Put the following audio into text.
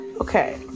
Okay